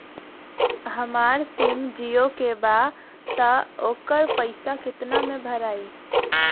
हमार सिम जीओ का बा त ओकर पैसा कितना मे भराई?